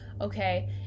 okay